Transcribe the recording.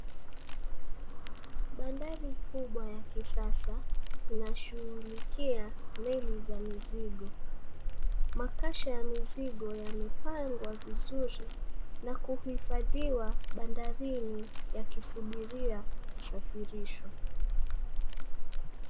Bandari kubwa ya kisiasa inashughulikia meli za mizigo. Makasha ya mizigo yamepangwa vizuri na kuhifadhiwa badarini ya kisubiria kusafirishwa.